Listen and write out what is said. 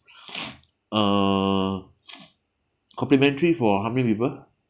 uh complimentary for how many people